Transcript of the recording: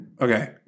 okay